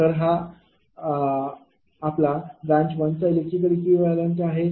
तर हा आपल्या ब्रांच 1 चा इलेक्ट्रिकल इक्विवलेंत आहे